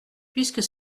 puisque